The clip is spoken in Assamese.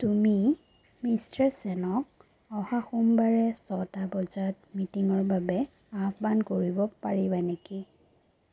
তুমি মিষ্টাৰ চেনক অহা সোমবাৰে ছয়টা বজাত মিটিঙৰ বাবে আহ্বান কৰিব পাৰিবা নেকি